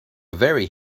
very